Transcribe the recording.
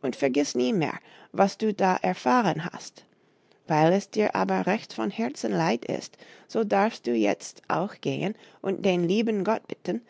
und vergiß nie mehr was du da erfahren hast weil es dir aber recht von herzen leid ist so darfst du jetzt auch gehen und den lieben gott bitten